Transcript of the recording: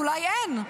אולי אין.